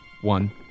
one